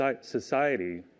society